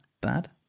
bad